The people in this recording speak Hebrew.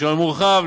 רישיון מורחב,